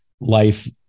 life